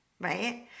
right